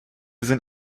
sind